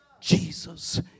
jesus